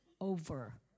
over